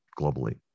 globally